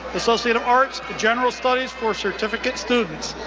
associate of arts, general studies for certificate students.